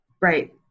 Right